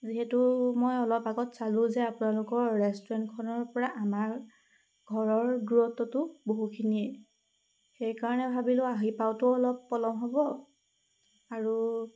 যিহেতু মই অলপ আগত চালোঁ যে আপোনালোকৰ ৰেষ্টুৰেণ্টখনৰ পৰা আমাৰ ঘৰৰ দূৰত্বটো বহুখিনিয়েই সেইকাৰণে ভাবিলোঁ আহি পাওঁতেও অলপ পলম হ'ব আৰু